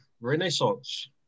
Renaissance